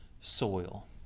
soil